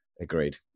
Agreed